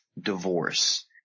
divorce